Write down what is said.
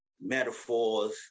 metaphors